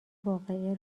واقعه